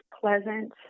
pleasant